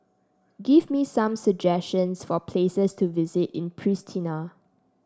give me some suggestions for places to visit in Pristina